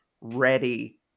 ready